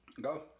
Go